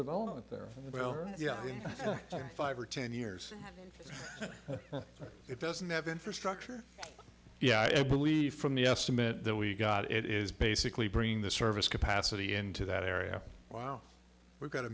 development there well yeah in five or ten years it doesn't have infrastructure yeah i believe from the estimate we got it is basically bringing the service capacity into that area wow we've got a